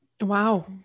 Wow